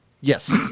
Yes